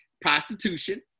prostitution